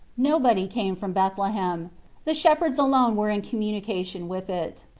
nobody came from bethle hem the shepherds alone were in com munication with it.